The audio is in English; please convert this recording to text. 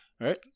right